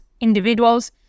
individuals